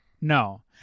No